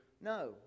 no